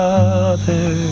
Father